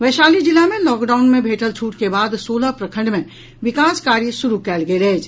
वैशाली जिला मे लॉकडाउन मे भेटल छूट के बाद सोलह प्रखंड मे विकास कार्य शुरू कयल गेल अछि